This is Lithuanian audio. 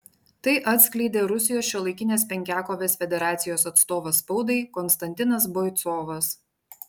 tai atskleidė rusijos šiuolaikinės penkiakovės federacijos atstovas spaudai konstantinas boicovas